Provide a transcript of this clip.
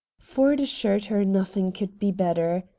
ford assured her nothing could be better.